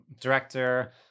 director